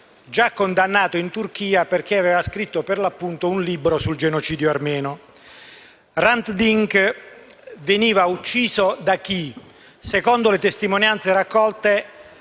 già condannato in Turchia perché aveva scritto, per l'appunto, un libro sul genocidio armeno. Da chi veniva ucciso Hrant Dink? Secondo le testimonianze raccolte,